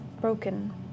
broken